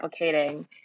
replicating